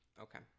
Okay